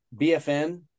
BFN